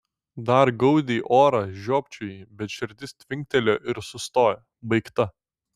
dar gaudei orą žiopčiojai bet širdis tvinktelėjo ir sustojo baigta